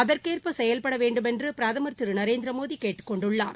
அதற்கேற்ப செயவ்படவேண்டும் என்று பிரதமர் திரு நரேந்திர மோடி கேட்டுக்கொண்டுள்ளார்